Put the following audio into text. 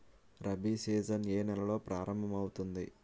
Rabi season ఏ నెలలో ప్రారంభమౌతుంది?